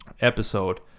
episode